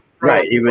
Right